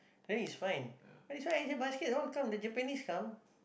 then is fine but is fine right basket want come the Japanese come